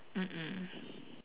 mm mm